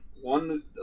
One